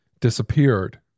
disappeared